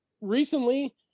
recently